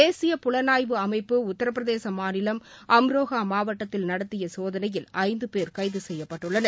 தேசிய புலனாய்வு அமைப்பு உத்தரப்பிரதேச மாநிலம் அம்ரோக மாவட்டத்தில் நடத்திய சோதனையில் ஐந்து பேர் கைது செய்யப்பட்டுள்ளனர்